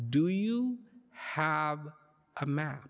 do you have a map